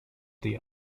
the